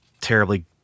terribly